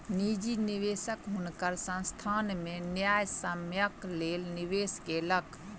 निजी निवेशक हुनकर संस्थान में न्यायसम्यक लेल निवेश केलक